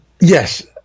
Yes